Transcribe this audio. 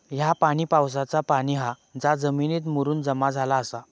ह्या पाणी पावसाचा पाणी हा जा जमिनीत मुरून जमा झाला आसा